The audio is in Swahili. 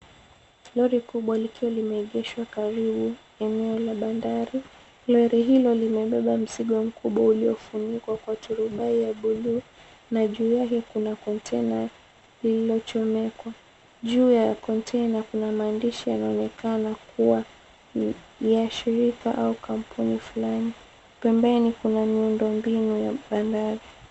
Lori kubwa likiwa limeegeshwa karibu na eneo bandari. Lori Hilo limebeba mzigo mkubwa uliofunikwa kwa turubai ya buluu na juu take kuna konteina lililochemekwa. Juu ya konteina kuna maandishi yanayoonekan yaliyo andikwa ya shirika au kampuni fulani ya miundo mbinu ya bahari